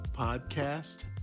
podcast